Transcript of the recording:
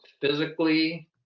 physically